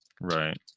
Right